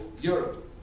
Europe